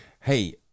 Hey